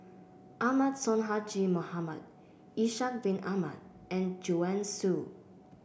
Ahmad Sonhadji Mohamad Ishak Bin Ahmad and Joanne Soo